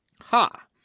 ha